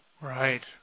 right